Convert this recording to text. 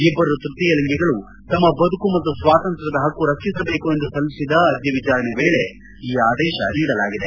ಇಬ್ಬರು ತ್ಯತೀಯ ಲಿಂಗಿಗಳು ತಮ್ಮ ಬದುಕು ಮತ್ತು ಸ್ವಾತಂತ್ರ್ಯದ ಪಕ್ಕು ರಕ್ಷಿಸಬೇಕು ಎಂದು ಸಲ್ಲಿಸಿದ ಅರ್ಜಿ ವಿಚಾರಣೆ ವೇಳೆ ಈ ಆದೇಶ ನೀಡಲಾಗಿದೆ